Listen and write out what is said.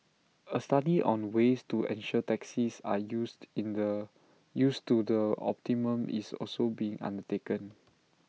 A study on ways to ensure taxis are used in the used to the optimum is also being undertaken